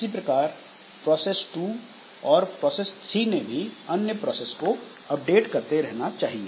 इसी प्रकार प्रोसेस 2 और प्रोसेस 3 ने भी अन्य प्रोसेस को अपडेट करते रहना चाहिए